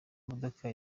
modoka